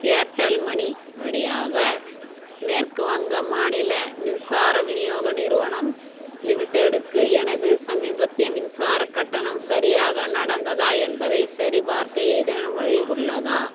Airtel Money வழியாக மேற்கு வங்கம் மாநில மின்சார விநியோக நிறுவனம் லிமிடெடுக்கு எனது சமீபத்திய மின்சாரக் கட்டணம் சரியாக நடந்ததா என்பதைச் சரிபார்க்க ஏதேனும் வழி உள்ளதா